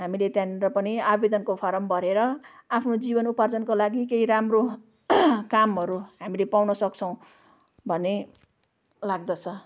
हामीले त्यहाँनिर पनि आवेदनको फारम भरेर आफ्नो जीवनउपार्जनको लागि केही राम्रो कामहरू हामीले पाउनसक्छौँ भन्ने लाग्दछ